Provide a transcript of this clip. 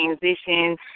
transition